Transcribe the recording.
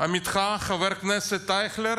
עמיתך חבר הכנסת אייכלר